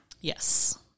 Yes